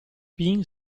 pin